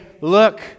look